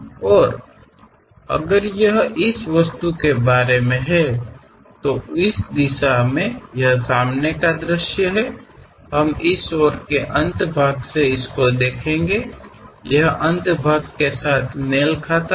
ಮತ್ತು ಅದು ಈ ವಸ್ತುವಿನ ಬಗ್ಗೆ ಇದ್ದರೆ ಈ ದಿಕ್ಕಿನಲ್ಲಿ ಮುಂಭಾಗದ ನೋಟವನ್ನು ಹೊಂದಿರುವುದು ನಾವು ಈ ಅಂತ್ಯವನ್ನು ಪ್ರತಿನಿಧಿಸುತ್ತೇವೆ ಈ ಅಂತ್ಯವು ಇದರೊಂದಿಗೆ ಹೊಂದಿಕೆಯಾಗುತ್ತದೆ